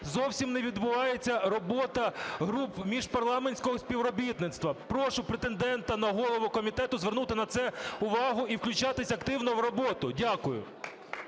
зовсім не відбувається робота груп міжпарламентського співробітництва. Прошу претендента на голову комітету звернути на це увагу і включатись активно в роботу. Дякую.